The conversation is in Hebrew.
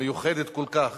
המיוחדת כל כך